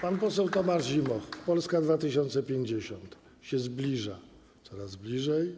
Pan poseł Tomasz Zimoch, Polska 2050, się zbliża, jest coraz bliżej.